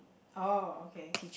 oh okay